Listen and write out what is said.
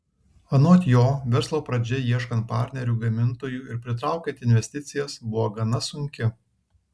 anot jo verslo pradžia ieškant partnerių gamintojų ir pritraukiant investicijas buvo gana sunki